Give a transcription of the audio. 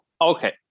Okay